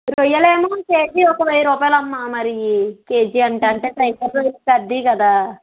రొయ్యలేమో KG ఒక వెయ్యి రూపాయలమ్మా మరి కేజీ అంటే అంటే టైగర్ రొయ్యలు పెద్దవి కదా